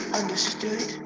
understood